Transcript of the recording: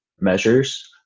measures